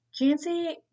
Jancy